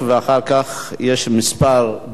אחר כך יש כמה דוברים,